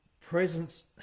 presence